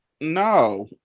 no